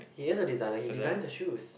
he is a designer he designed the shoes